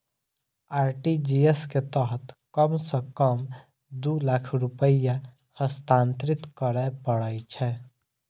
RTGS के तहत कम सं कम दू लाख रुपैया हस्तांतरित करय पड़ै छै